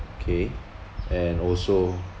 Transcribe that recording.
K and also